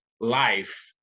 life